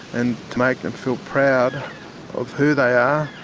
and to make them feel proud of who they are,